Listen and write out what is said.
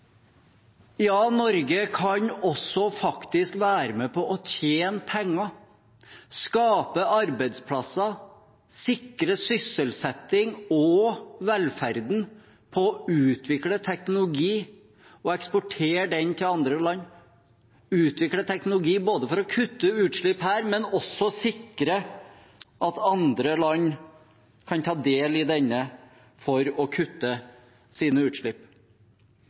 Ja, Norge kan også faktisk være med på å tjene penger, skape arbeidsplasser og sikre sysselsettingen og velferden ved å utvikle teknologi og eksportere den til andre land – utvikle teknologi både for å kutte utslipp her og for å sikre at andre land vil ta del i denne teknologien for å kutte sine utslipp.